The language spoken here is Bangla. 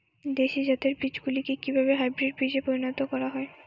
দেশি জাতের বীজগুলিকে কিভাবে হাইব্রিড বীজে পরিণত করা হয়?